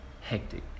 hectic